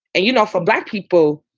and, you know, for black people,